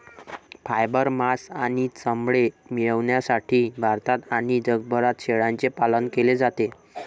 fibre, मांस आणि चामडे मिळविण्यासाठी भारतात आणि जगभरात शेळ्यांचे पालन केले जाते